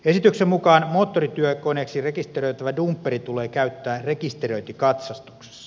esityksen mukaan moottorityökoneeksi rekisteröitävä dumpperi tulee käyttää rekisteröintikatsastuksessa